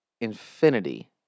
infinity